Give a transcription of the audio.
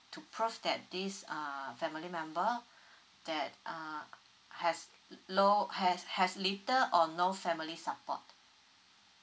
to prove that this uh family member that ah has l~ low has has little or no family support